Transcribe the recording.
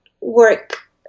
work